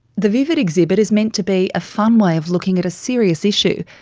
the vivid exhibit is meant to be a fun way of looking at a serious issue.